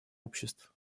обществ